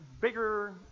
bigger